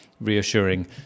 reassuring